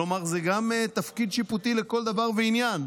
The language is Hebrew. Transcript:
כלומר, זה גם תפקיד שיפוטי לכל דבר ועניין.